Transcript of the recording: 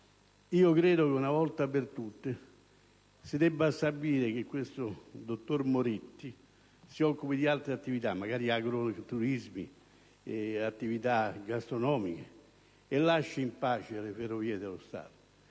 Credo che una volta per tutte si debba stabilire che questo dottor Moretti si occupi di altre attività, magari agrituristiche o gastronomiche, e lasci in pace le Ferrovie dello Stato.